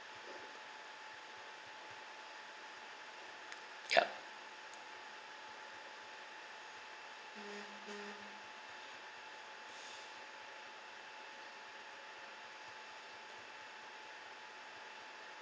ya